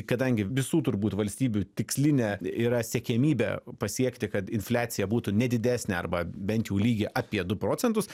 kadangi visų turbūt valstybių tikslinė yra siekiamybė pasiekti kad infliacija būtų ne didesnė arba bent jau lygi apie du procentus